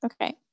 okay